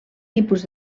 tipus